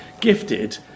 gifted